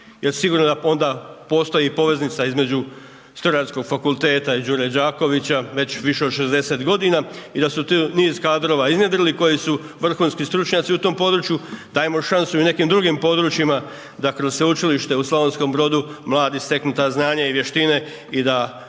sigurno da onda postoji poveznica između strojarskog fakulteta i Đure Đakovića već više od 60 g. i da su tu niz kadrova iznjedrili koji su vrhunski stručnjaci u tom području, dajmo šansu i nekim drugim područjima da kroz sveučilište u Slavonskom Bordu mladi steknu ta znanja i vještine i da